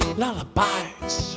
lullabies